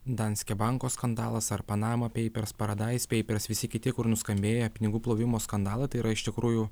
danske banko skandalas ar panama peipers paradais peipers visi kiti kur nuskambėjo pinigų plovimo skandalai tai yra iš tikrųjų